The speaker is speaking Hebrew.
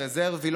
הרזרבי,